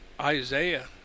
Isaiah